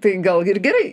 tai gal ir gerai